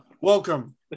welcome